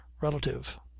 relative